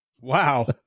Wow